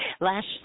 last